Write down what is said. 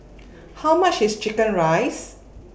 How much IS Chicken Rice